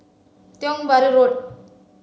Tiong Bahru Road